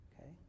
Okay